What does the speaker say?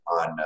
on